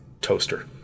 toaster